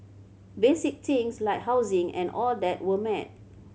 basic things like housing and all that were met